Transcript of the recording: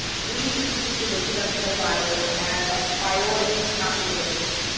we included attempt survivors as a priority population.